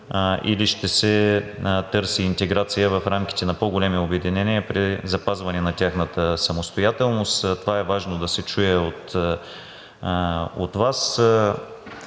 или ще се търси интеграция в рамките на по големи обединения при запазване на тяхната самостоятелност. Това е важно да се чуе от Вас.